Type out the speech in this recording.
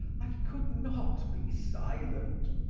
i could not be silent!